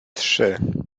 trzy